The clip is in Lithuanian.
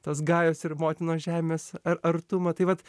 tas gajos ir motinos žemės ar artumą tai vat